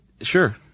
Sure